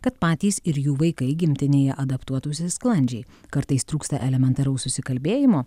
kad patys ir jų vaikai gimtinėje adaptuotųsi sklandžiai kartais trūksta elementaraus susikalbėjimo